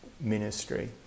Ministry